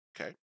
Okay